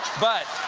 but